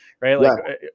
Right